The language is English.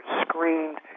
screened